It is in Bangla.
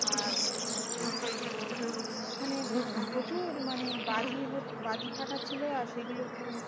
আর ওখানে প্রচুর মানে বাজি হ বাজি ফাটাচ্ছিলো আর সেগুলো তো